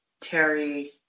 Terry